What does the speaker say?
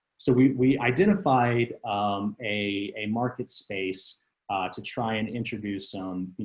so we we identified a market space to try and introduce some, you